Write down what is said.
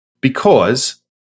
because-